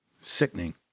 Sickening